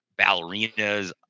ballerinas